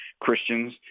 Christians